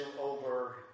over